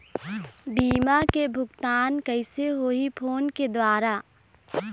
बीमा के भुगतान कइसे होही फ़ोन के द्वारा?